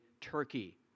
Turkey